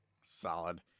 Solid